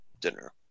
dinner